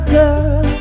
girl